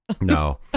No